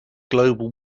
global